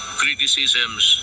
criticisms